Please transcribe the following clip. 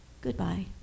goodbye